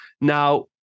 Now